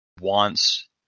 wants